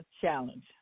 challenge